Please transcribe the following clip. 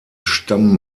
stamm